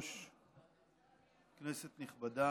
אדוני היושב-ראש, כנסת נכבדה,